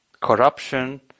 corruption